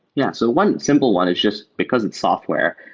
yeah. so one simple one is just, because it's software,